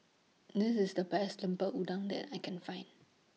This IS The Best Lemper Udang that I Can Find